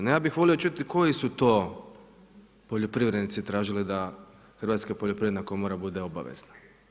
No ja bih volio čuti koji su to poljoprivrednici tražili da Hrvatska poljoprivredna komora bude obavezna?